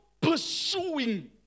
pursuing